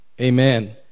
Amen